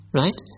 right